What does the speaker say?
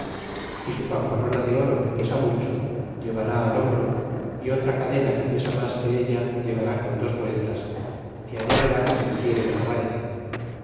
dixere su fanfarrona de oro que pesaba mucho llevará al hombro y otra cadena que pesa mas que ella llevara con dos vueltas y allá verá que le quiere narvaez